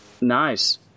Nice